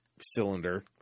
cylinder